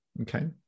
okay